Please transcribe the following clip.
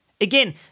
Again